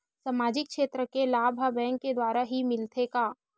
सामाजिक क्षेत्र के लाभ हा बैंक के द्वारा ही मिलथे का?